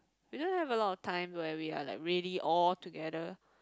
we don't have a lot of time where we are like really all together